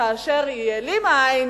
כאשר היא העלימה עין,